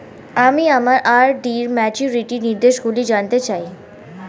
আমি আমার আর.ডি র ম্যাচুরিটি নির্দেশগুলি জানতে চাই